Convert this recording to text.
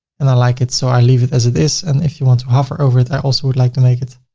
and i like it so i leave it as it is. and if you want to hover over it, i also would like to make it